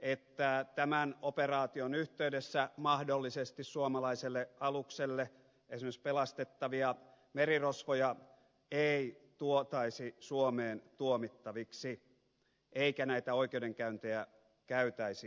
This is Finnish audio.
että tämän operaation yhteydessä mahdollisesti suomalaiselle alukselle esimerkiksi pelastettavia merirosvoja ei tuotaisi suomeen tuomittaviksi eikä näitä oikeudenkäyntejä käytäisi suomessa